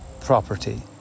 property